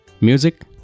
Music